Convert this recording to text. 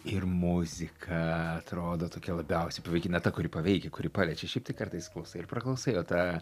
ir muzika atrodo tokia labiausiai paveiki na ta kuri paveikia kuri paliečia šiaip tai kartais klausai ir praklausai o ta